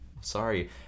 Sorry